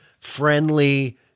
friendly